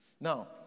Now